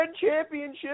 championship